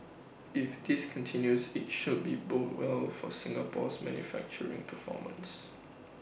if this continues IT should be bode well for Singapore's manufacturing performance